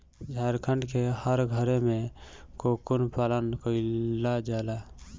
झारखण्ड के हर घरे में कोकून पालन कईला जाला